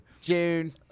June